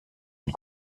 une